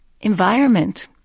environment